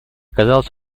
казалось